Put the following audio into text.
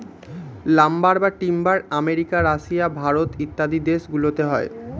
lumber বা timber America, Russia, Bharat ইত্যাদি দেশ গুলোতে হয়